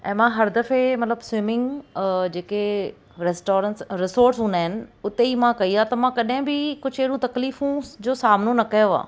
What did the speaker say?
ऐं मां हर दफ़े मतिलबु स्विमिंग जेके रेस्टोरेंस रिसोर्स हूंदा आहिनि उते ई मां कई आहे त मां कॾहिं बि कुझु एॾो तकलीफ़ूं जो सामिनो न कयो आहे